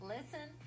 Listen